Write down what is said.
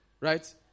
right